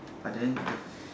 but then the